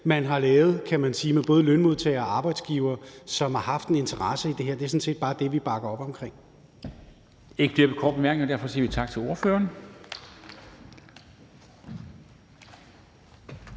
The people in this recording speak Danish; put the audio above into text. man har lavet, med både lønmodtagere og arbejdsgivere, som har haft en interesse i det her. Det er sådan set bare det, vi bakker op omkring.